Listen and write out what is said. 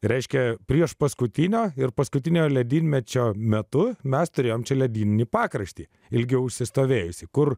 reiškia priešpaskutinio ir paskutinio ledynmečio metu mes turėjome čia ledyninį pakraštį ilgiau užsistovėjusį kur